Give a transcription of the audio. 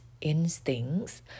instincts